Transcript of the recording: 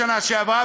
בשנה שעברה,